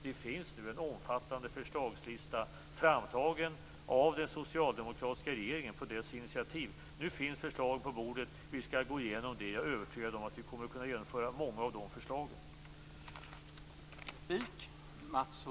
Det finns nu en omfattande förslagslista framtagen av den socialdemokratiska regeringen, och på dess initiativ. Nu finns förslag på bordet. Vi skall gå igenom dem. Jag är övertygad om att vi kommer att kunna genomföra många av de förslagen.